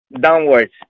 downwards